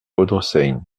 audressein